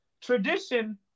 tradition